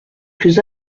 plus